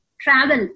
travel